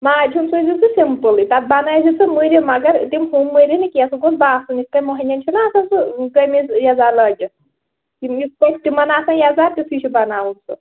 ماجہِ ہُنٛد سُویزِ ژٕ سِمپُلٕے تتھ بنٲوزِ ژٕ مُرِ مگر تِم ہُم مُرِ نہٕ کیٚنٛہہ سُہ گوٚژھ باسُن یِتھٕ کٔنۍ مۅہنِین چھِنا آسان سُہ قٔمیٖض یَزار لٲگِتھ یِم یِتھٕ پٲٹھۍ تِمن آسان یزار تِتھُے چھُ بناوُن سُہ